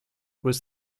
was